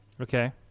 Okay